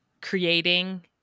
creating